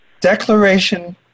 Declaration